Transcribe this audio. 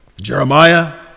Jeremiah